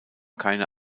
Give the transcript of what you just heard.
keine